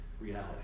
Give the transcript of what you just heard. reality